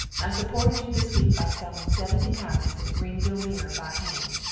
i suported you this weak by selling seventy copies of the greenville mirror by hand.